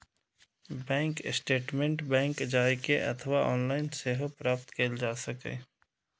bank statement bank जाए के अथवा ऑनलाइन सेहो प्राप्त कैल जा सकैए